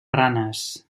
ranes